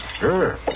Sure